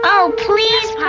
oh please pa.